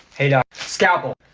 hey, doc scalpel.